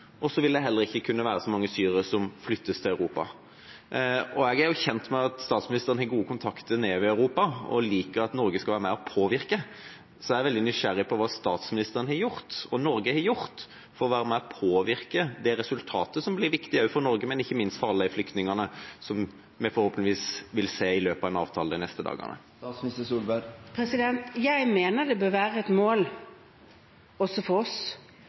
og så vil det heller ikke kunne være så mange syrere som flyttes til Europa. Jeg er kjent med at statsministeren har gode kontakter nedover i Europa og liker at Norge skal være med på å påvirke. Så jeg er veldig nysgjerrig på hva statsministeren og Norge har gjort for å være med på å påvirke det resultatet som vi forhåpentligvis vil se i en avtale i løpet av de neste dagene, og som blir viktig for Norge, men ikke minst for alle flyktningene.